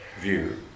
view